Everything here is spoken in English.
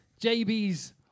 JB's